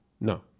No